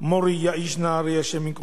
המורי יעיש נהרי הי"ד.